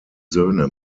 söhne